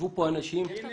ישבו פה אנשים ואמרו,